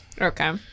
okay